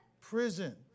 prison